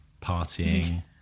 partying